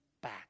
back